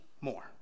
more